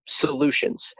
solutions